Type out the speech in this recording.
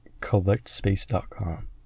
Collectspace.com